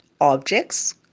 objects